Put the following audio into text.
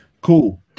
Cool